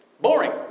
boring